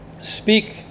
speak